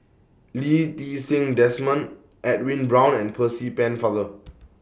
Lee Ti Seng Desmond Edwin Brown and Percy Pennefather